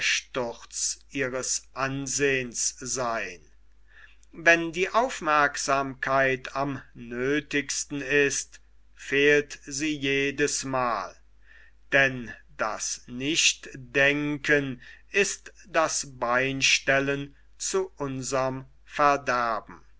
sturz ihres ansehns seyn wann die aufmerksamkeit am nötigsten ist fehlt sie jedes mal denn das nicht denken ist das beinstellen zu unserm verderben